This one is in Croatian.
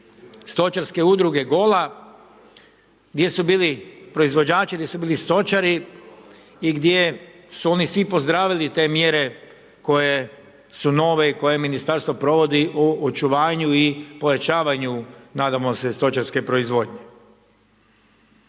Stočarke udruge Gola, gdje su bili proizvođači, gdje su bili stočari i gdje su oni svi pozdravili te mjere koje su nove i koje ministarstvo provodi u očuvanju i pojačanju nadamo se stočarske proizvodnje.